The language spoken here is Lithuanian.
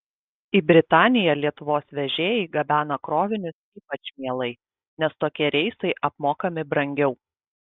į britaniją lietuvos vežėjai gabena krovinius ypač mielai nes tokie reisai apmokami brangiau